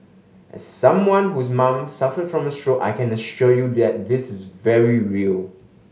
as someone whose mom suffered from a stroke I can assure you that this is very real